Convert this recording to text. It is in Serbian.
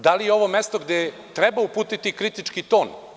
Da li je ovo mesto gde treba uputiti kritički ton?